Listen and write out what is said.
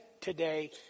today